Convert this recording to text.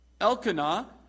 Elkanah